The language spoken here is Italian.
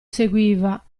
seguiva